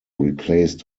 replaced